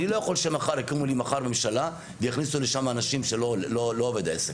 אני לא יכול שיקימו לי מחר ממשלה ויכניסו לשם אנשים שלא עובד העסק.